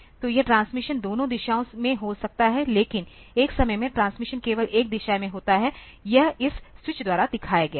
तो यह ट्रांसमिशन दोनों दिशाओं में हो सकता है लेकिन एक समय में ट्रांसमिशन केवल एक दिशा में होता है यह इस स्विच द्वारा दिखाया गया है